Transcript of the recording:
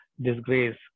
disgrace